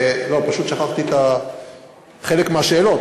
פשוט שכחתי חלק מהשאלות,